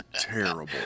terrible